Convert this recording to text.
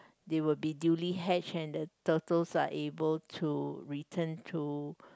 they will be duly hatched and the turtles are able to return to